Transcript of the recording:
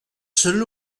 seul